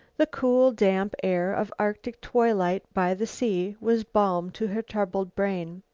the cool, damp air of arctic twilight by the sea was balm to her troubled brain.